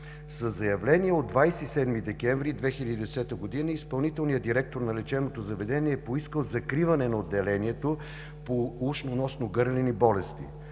Със заявление от 27 декември 2010 г. изпълнителният директор на лечебното заведение е поискал закриване на отделението по ушно-носно-гърлени болести.